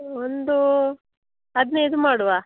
ಒಂದೂ ಹದಿನೈದು ಮಾಡುವ